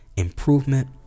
Improvement